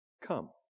come